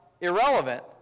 irrelevant